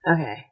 Okay